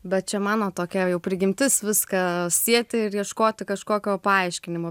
bet čia mano tokia jau prigimtis viską sieti ir ieškoti kažkokio paaiškinimo